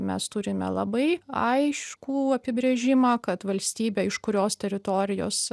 mes turime labai aiškų apibrėžimą kad valstybė iš kurios teritorijos